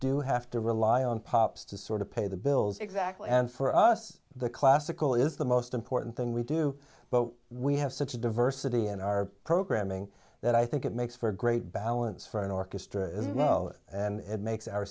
do have to rely on pops to sort of pay the bills exactly and for us the classical is the most important thing we do but we have such a diversity in our programming that i think it makes for great balance for an orchestra as well and it makes our